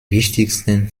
wichtigsten